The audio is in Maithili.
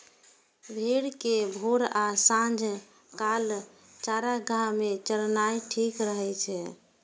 भेड़ कें भोर आ सांझ काल चारागाह मे चरेनाय ठीक रहै छै